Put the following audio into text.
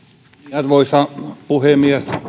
arvoisa puhemies